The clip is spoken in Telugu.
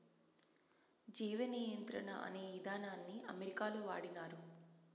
జీవ నియంత్రణ అనే ఇదానాన్ని అమెరికాలో వాడినారు